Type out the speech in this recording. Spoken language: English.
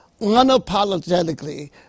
unapologetically